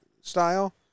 style